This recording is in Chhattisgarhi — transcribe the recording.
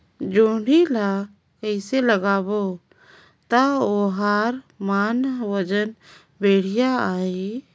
जोणी ला कइसे लगाबो ता ओहार मान वजन बेडिया आही?